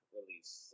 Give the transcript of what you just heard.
release